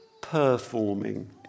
performing